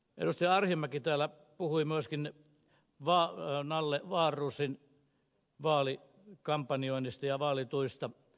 arhinmäki täällä puhui myöskin nalle wahlroosin vaalikampanjoinnista ja vaalituista